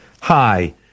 Hi